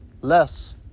less